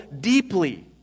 deeply